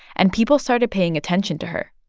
and people started paying attention to her.